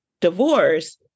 Divorce